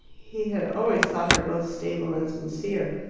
he had always thought her both stable and sincere.